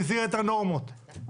במסגרת הנורמות.